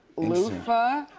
loofa.